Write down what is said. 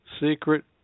secret